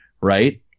right